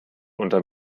unterm